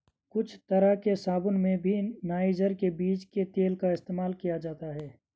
कुछ तरह के साबून में भी नाइजर के बीज के तेल का इस्तेमाल किया जाता है